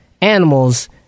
animals